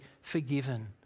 forgiven